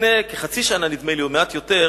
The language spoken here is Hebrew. לפני כחצי שנה, נדמה לי, או מעט יותר,